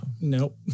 Nope